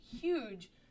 huge